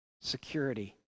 security